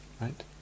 Right